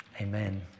Amen